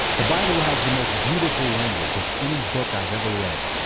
the bible has the most beautiful language of any book i've ever read,